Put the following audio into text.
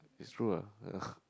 it's true ah